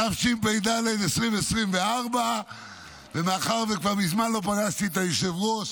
התשפ"ד 2024. מאחר שכבר מזמן לא פגשתי את היושב-ראש